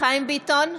חיים ביטון,